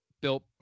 built